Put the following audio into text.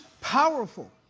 powerful